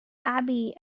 abbey